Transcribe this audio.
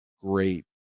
great